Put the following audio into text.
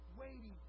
waiting